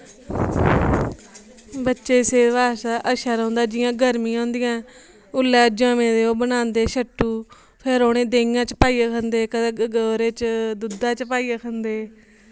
बच्चे दी सेवी अच्छा रोह्ंदा जियां गर्मी होंदियां उसलै जवैं दे ओह् बनांदे सट्टु फिर उनें देईं च पाईऐ खंदे कदै ओह्दे च दूधै च पाईऐ खंदे